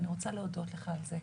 ואני רוצה להודות לך על זה.